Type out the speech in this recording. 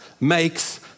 makes